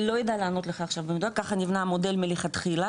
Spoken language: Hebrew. לא אדע לענות לך עכשיו, ככה נבנה המודל מלכתחילה,